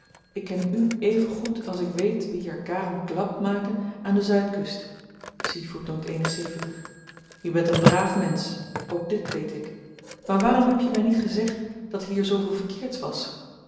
ik ken u even goed als ik weet wie er garem glap maken aan de zuidkust je bent een braaf mensch ook dit weet ik maar waarom heb je my niet gezegd dat hier zooveel verkeerds was